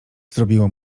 zrobiło